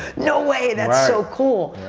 no way, that's so cool!